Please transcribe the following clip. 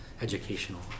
educational